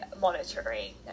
monitoring